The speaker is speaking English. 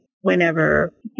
whenever